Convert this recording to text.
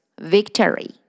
victory